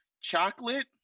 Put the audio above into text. Chocolate